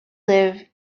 live